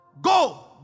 go